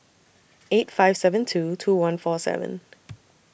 eight five seven two two one four seven